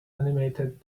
animated